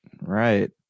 right